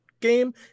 game